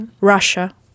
Russia